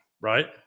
right